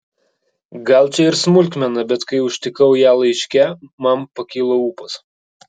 gal čia ir smulkmena bet kai užtikau ją laiške man pakilo ūpas